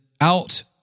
out